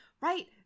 right